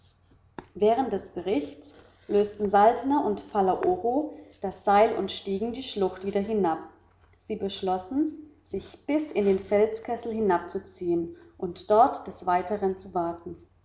während des berichts lösten saltner und palaoro das seil und stiegen die schlucht wieder hinab sie beschlossen sich bis in den felskessel hinabzuziehen und dort des weiteren zu warten